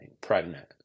pregnant